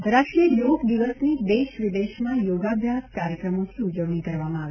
આંતરરાષ્ટ્રીય યોગ દિવસની દેશ વિદેશમાં યોગાભ્યાસ કાર્યક્રમોથી ઉજવણી કરવામાં આવી